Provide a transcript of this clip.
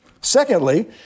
Secondly